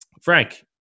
Frank